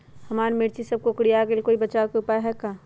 हमर मिर्ची सब कोकररिया गेल कोई बचाव के उपाय है का?